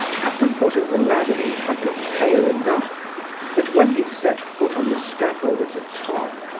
at the foot of the ladder he had been pale enough but when he set foot on the scaffold at the top,